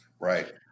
Right